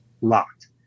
locked